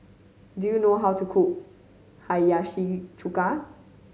do you know how to cook Hiyashi Chuka